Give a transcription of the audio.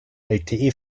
lte